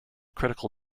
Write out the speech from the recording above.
critical